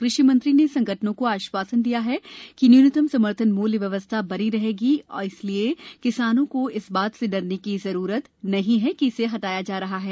कृषि मंत्री ने संगठनों को आश्वासन दिया कि न्यूनतम समर्थन मूल्य व्यवस्था बनी रहेगी और इसलिए किसानों को इस बात से डरने की जरूरत नहीं है कि इसे हटाया जा रहा है